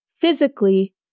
physically